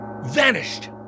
Vanished